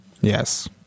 yes